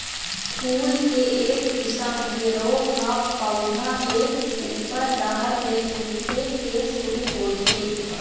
फूल के एक किसम के रोग ह पउधा के उप्पर डहर ले सूखे के शुरू होथे